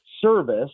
service